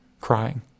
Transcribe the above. crying